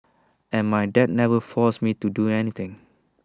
and my dad never forced me to do anything